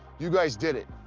you guys did it,